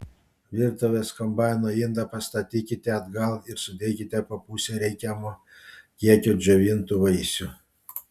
virtuvės kombaino indą pastatykite atgal ir sudėkite po pusę reikiamo kiekio džiovintų vaisių